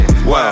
Wow